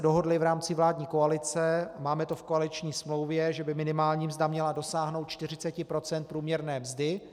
Dohodli jsme se v rámci vládní koalice, máme to v koaliční smlouvě, že by minimální mzda měla dosáhnout 40 % průměrné mzdy.